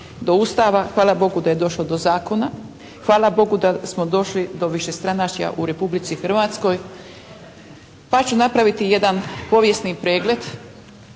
hvala Bogu da je došlo do zakona, hvala Bogu da smo došli do višestranačja u Republici Hrvatskoj. Pa ću napraviti jedan povijesni pregled